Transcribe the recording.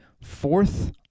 fourth